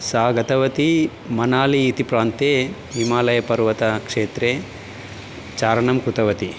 सा गतवती मनाली इति प्रान्ते हिमालयपर्वतक्षेत्रे चारणं कृतवती